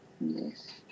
Yes